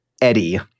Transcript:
Eddie